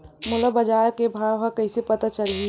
मोला बजार के भाव ह कइसे पता चलही?